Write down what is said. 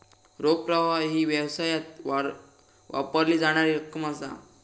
रोख प्रवाह ही व्यवसायात वापरली जाणारी रक्कम असा